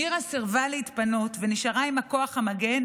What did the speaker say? מירה סירבה להתפנות ונשארה עם הכוח המגן,